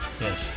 Yes